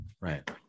Right